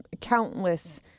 countless